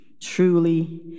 Truly